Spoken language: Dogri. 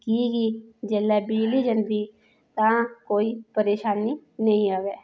कि कि जेल्लै बिजली जंदी तां कोई परेशानी नेईं आवै